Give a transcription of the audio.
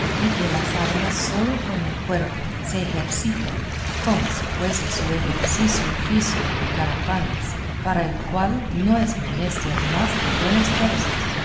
y que las armas sólo con el cuerpo se ejercitan como si fuese su ejercicio oficio de ganapanes para el cual no es menester más de buenas fuerzas